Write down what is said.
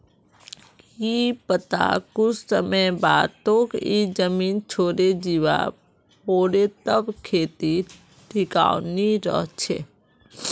की पता कुछ समय बाद तोक ई जमीन छोडे जीवा पोरे तब खेती टिकाऊ नी रह छे